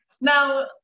now